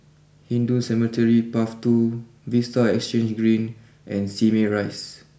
Hindu Cemetery Path two Vista Exhange Green and Simei Rise